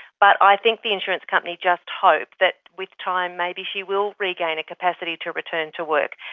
but i think the insurance company just hope that with time maybe she will regain a capacity to return to work.